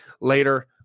later